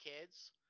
kids